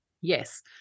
Yes